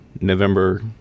november